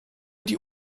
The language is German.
die